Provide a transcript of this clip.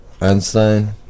Einstein